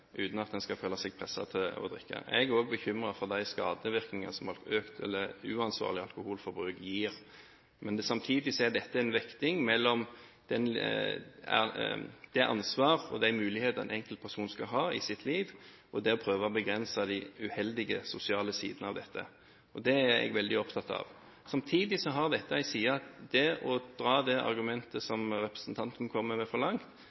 uten at en skal føle seg presset til å drikke. Jeg er også bekymret for de skadevirkningene som uansvarlig alkoholforbruk gir. Samtidig er dette en vekting mellom det ansvar og de muligheter en enkeltperson skal ha i sitt liv, og det å prøve å begrense de uheldige sosiale sidene av dette. Det er jeg veldig opptatt av. Samtidig har dette en annen side. Det å dra det argumentet som representanten kommer med, for langt,